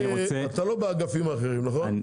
אתה לא באגפים האחרים, נכון?